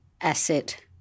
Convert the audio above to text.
asset